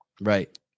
Right